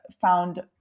found